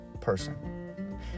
person